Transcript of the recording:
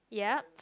yup